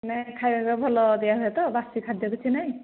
ନାଇଁ ଖାଇବା ଭଲ ଦିଆ ହୁଏ ତ ବାସି ଖାଦ୍ୟ କିଛି ନାହିଁ